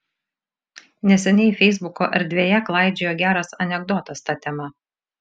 neseniai feisbuko erdvėje klaidžiojo geras anekdotas ta tema